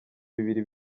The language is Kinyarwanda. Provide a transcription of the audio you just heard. bibiri